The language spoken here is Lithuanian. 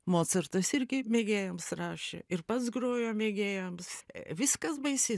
mocartas irgi mėgėjams rašė ir pats grojo mėgėjams viskas baisiai